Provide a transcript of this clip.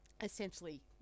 essentially